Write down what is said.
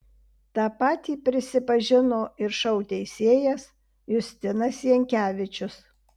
tą patį prisipažino ir šou teisėjas justinas jankevičius